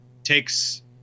takes